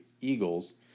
Eagles